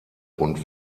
und